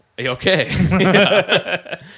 okay